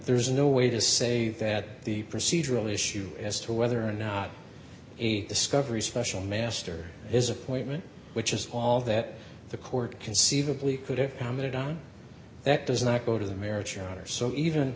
there is no way to say that the procedural issue as to whether or not a discovery special master is appointment which is all that the court conceivably could have commented on that does not go to the merits your honor so even